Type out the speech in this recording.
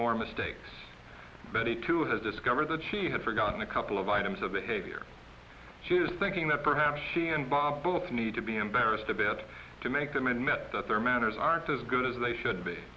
more mistakes but he too has discovered that she had forgotten a couple of items of behavior she is thinking that perhaps she and bob both need to be embarrassed a bit to make the men met that their manners aren't as good as they should be